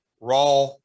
raw